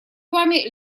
вами